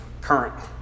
current